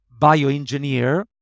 bioengineer